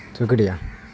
شکریہ